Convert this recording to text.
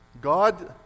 God